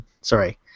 sorry